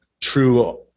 true